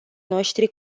noștri